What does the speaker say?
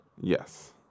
Yes